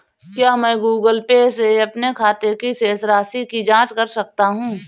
क्या मैं Google Pay से अपने खाते की शेष राशि की जाँच कर सकता हूँ?